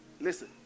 Listen